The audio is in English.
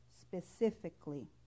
specifically